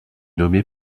nommé